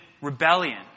rebellion